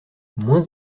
moins